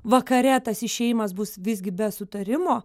vakare tas išėjimas bus visgi be sutarimo